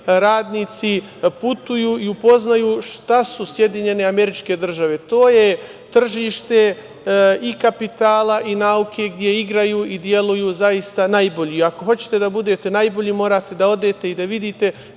radnici putuju i upoznaju šta su SAD. To je tržište i kapitala i nauke, gde igraju i deluju zaista najbolji. Ako hoćete da budete najbolji morate da odete i da vidite